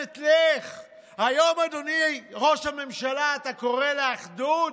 היום, אדוני ראש הממשלה, אתה קורא לאחדות?